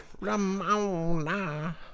Ramona